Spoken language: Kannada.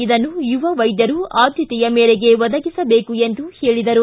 ಇದನ್ನು ಯುವ ವೈದ್ಯರು ಆದ್ಯತೆಯ ಮೇರೆಗೆ ಒದಗಿಸಬೇಕು ಎಂದು ಹೇಳಿದರು